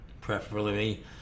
preferably